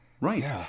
Right